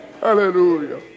Hallelujah